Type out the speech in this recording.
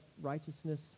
righteousness